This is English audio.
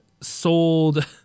sold